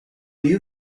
you